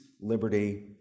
liberty